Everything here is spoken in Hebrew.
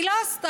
היא לא עשתה.